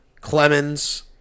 Clemens